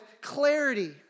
clarity